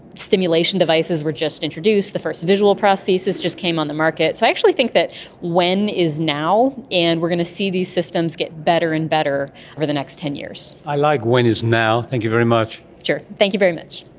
stimulation devices were just introduced, the first in visual prosthesis just came on the market. so i actually think that when is now and we're going to see these systems get better and better over the next ten years. i like when is now. thank you very much. sure, thank you very much.